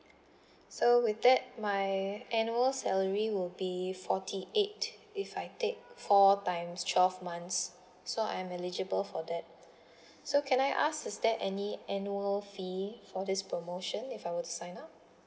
so with that my annual salary will be forty eight if I take four times twelve months so I'm eligible for that so can I ask is there any annual fee for this promotion if I were to sign up